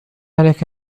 عليك